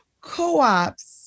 Co-ops